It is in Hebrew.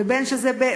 ובין שזה ב,